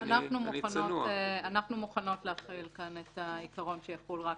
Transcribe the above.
אנחנו מוכנות להחיל כאן את העיקרון שיחול רק